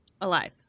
Alive